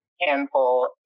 handful